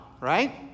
right